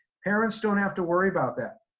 parents don't have to worry about that.